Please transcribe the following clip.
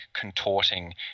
contorting